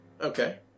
Okay